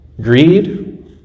Greed